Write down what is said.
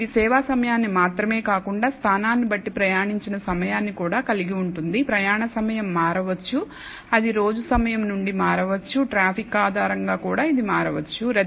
మరియు ఇది సేవా సమయాన్ని మాత్రమే కాకుండా స్థానాన్ని బట్టి ప్రయాణించిన సమయాన్ని కూడా కలిగి ఉంటుంది ప్రయాణ సమయం మారవచ్చు అది రోజు సమయం నుండి మారవచ్చు ట్రాఫిక్ ఆధారంగా కూడా ఇది మారవచ్చు